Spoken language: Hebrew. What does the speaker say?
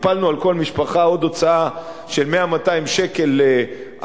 הפלנו על כל משפחה עוד הוצאה של 100 200 שקל על